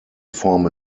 form